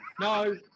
no